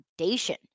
foundation